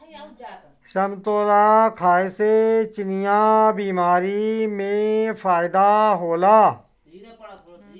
समतोला खाए से चिनिया बीमारी में फायेदा होला